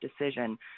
decision